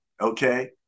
Okay